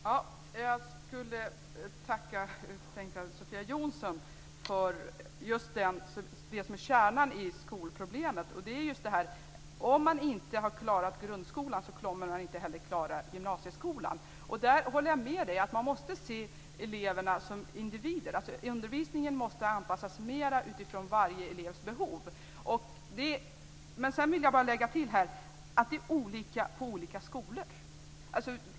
Fru talman! Jag vill tacka Sofia Jonsson för att hon tog upp det som är kärnan i skolproblemet, nämligen detta att om man inte har klarat grundskolan så kommer man inte heller att klara gymnasieskolan. Jag håller med Sofia Jonsson om att man måste se eleverna som individer. Undervisningen måste anpassas mer till varje elevs behov. Men jag vill också lägga till att det är olika på olika skolor.